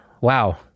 Wow